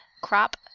Crop